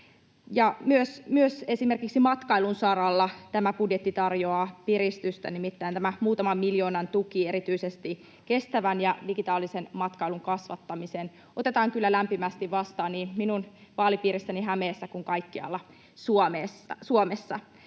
matkailun saralla tämä budjetti tarjoaa piristystä, nimittäin tämä muutaman miljoonan tuki erityisesti kestävän ja digitaalisen matkailun kasvattamiseen otetaan kyllä lämpimästi vastaan niin minun vaalipiirissäni Hämeessä kuin kaikkialla Suomessa.